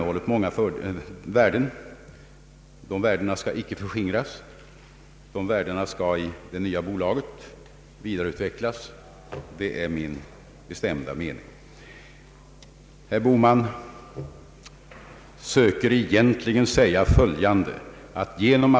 Vårt apoteksväsende innehåller många värden.